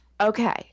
Okay